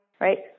Right